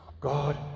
God